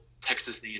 Texas